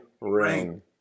Ring